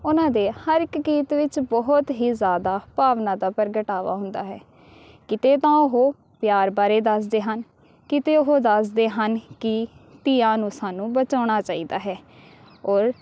ਉਹਨਾਂ ਦੇ ਹਰ ਇੱਕ ਗੀਤ ਵਿੱਚ ਬਹੁਤ ਹੀ ਜ਼ਿਆਦਾ ਭਾਵਨਾ ਦਾ ਪ੍ਰਗਟਾਵਾ ਹੁੰਦਾ ਹੈ ਕਿਤੇ ਤਾਂ ਉਹ ਪਿਆਰ ਬਾਰੇ ਦੱਸਦੇ ਹਨ ਕਿਤੇ ਉਹ ਦੱਸਦੇ ਹਨ ਕਿ ਧੀਆਂ ਨੂੰ ਸਾਨੂੰ ਬਚਾਉਣਾ ਚਾਹੀਦਾ ਹੈ ਔਰ